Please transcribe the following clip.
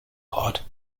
pot